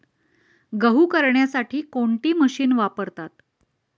गहू करण्यासाठी कोणती मशीन वापरतात?